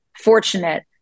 fortunate